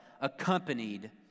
accompanied